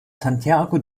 santiago